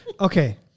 Okay